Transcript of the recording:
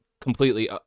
completely